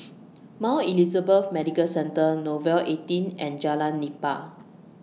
Mount Elizabeth Medical Centre Nouvel eighteen and Jalan Nipah